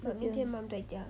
今天